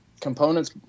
components